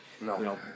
No